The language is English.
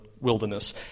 wilderness